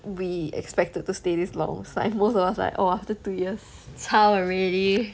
we expected to stay this long like most of us like oh after two years zao already